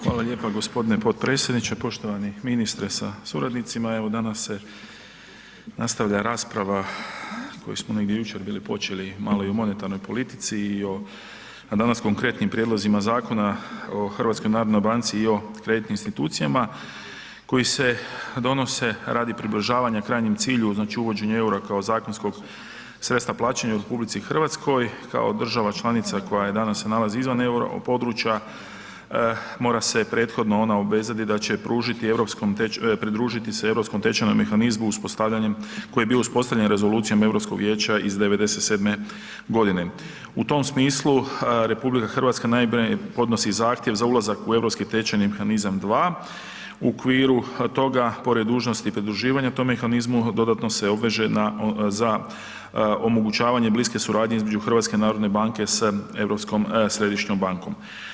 Hvala lijepa g. potpredsjedniče, poštovani ministre sa suradnicima evo danas se nastavlja rasprava koju smo negdje jučer bili počeli malo i o monetarnoj politici i o, a danas konkretnim prijedlozima Zakona o HNB-u i o kreditnim institucijama koji se donose radi približavanja krajnjem cilju, znači uvođenju EUR-a kao zakonskog sredstva plaćanja u RH, kao država članica koja je, danas se nalazi izvan Europodručja, mora se prethodno ona obvezati da će pružiti europskom, pridružiti se Europskom tečajnom mehanizmu uspostavljanjem, koji je bio uspostavljen rezolucijom Europskog vijeća iz '97.g. U tom smislu RH naime podnosi zahtjev za ulazak u Europski tečajni mehanizam 2, u okviru toga pored dužnosti pridruživanja tom mehanizmu dodatno se obveže na, za omogućavanje bliske suradnje između HNB-a s Europskom središnjom bankom.